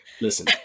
listen